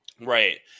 Right